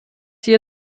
hier